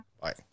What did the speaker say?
Bye